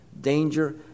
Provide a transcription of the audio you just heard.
danger